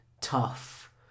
tough